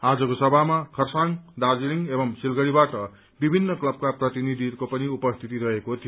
आजको सभामा खरसाङ दार्जीलिङ एवं सिलगढ़ीबाट विभिन्न क्लवका प्रतिनिधिहरूको उपस्थिति रहेको थियो